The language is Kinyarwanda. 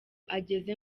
ageze